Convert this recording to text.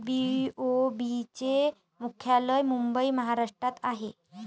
BOB चे मुख्यालय मुंबई महाराष्ट्रात आहे